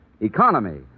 economy